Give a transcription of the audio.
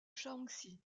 shaanxi